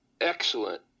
excellent